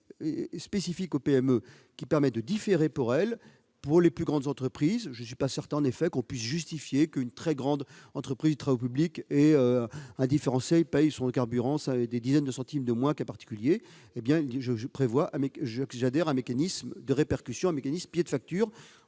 spécifique aux PME permettant de différer la mesure. Pour les plus grandes entreprises, je ne suis pas certain en effet qu'on puisse justifier qu'une très grande entreprise de travaux publics paye son carburant des dizaines de centimes de moins qu'un particulier. Dans ce cas, j'adhère à un mécanisme de répercussion, un mécanisme « pied de facture